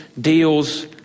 deals